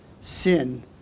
Sin